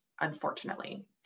unfortunately